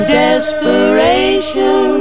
desperation